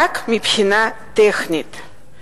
רק מבחינה טכנית.